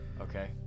Okay